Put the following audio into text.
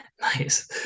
Nice